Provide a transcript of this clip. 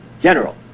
General